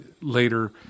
later